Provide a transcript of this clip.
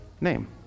name